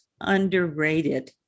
underrated